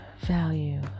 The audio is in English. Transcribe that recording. value